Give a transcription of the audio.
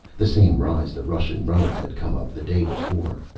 the same rise the russian runner had come up, the day before.